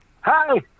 Hi